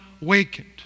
wakened